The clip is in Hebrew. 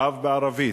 קו בערבית,